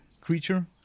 creature